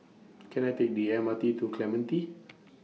Can I Take The M R T to Clementi